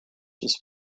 this